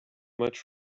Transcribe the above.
much